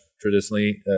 traditionally